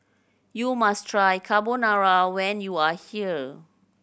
you must try Carbonara when you are here